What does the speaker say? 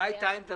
מה הייתה עמדתכם